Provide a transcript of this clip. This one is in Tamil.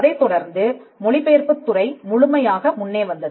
அதைத்தொடர்ந்து மொழிபெயர்ப்புத் துறை முழுமையாக முன்னே வந்தது